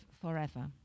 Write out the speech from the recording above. forever